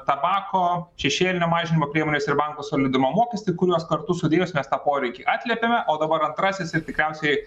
tabako šešėlinio mažinimo priemones ir banko solidumo mokestį kuriuos kartu sudėjus mes tą poreikį atliepiame o dabar antrasis ir tikriausiai